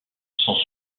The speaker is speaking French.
sont